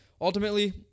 ultimately